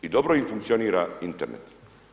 I dobro im funkcionira Internet.